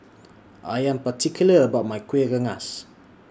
I Am particular about My Kuih Rengas